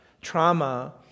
trauma